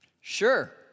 Sure